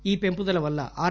ఈ పెంపుదల వల్ల ఆర్